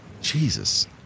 Jesus